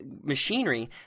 machinery